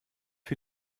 für